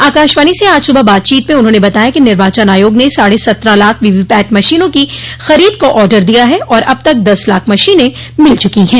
आकाशवाणी से आज सुबह बातचीत में उन्होंने बताया कि निर्वाचन आयोग ने साढ़े सत्रह लाख वीवीपैट मशीनों की खरीद का ऑर्डर दिया है और अब तक दस लाख मशीनें मिल च्रकी हैं